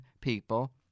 people